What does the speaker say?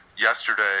yesterday